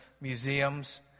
museums